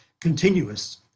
continuous